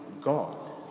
God